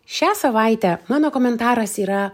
šią savaitę mano komentaras yra